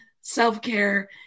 self-care